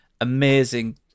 amazing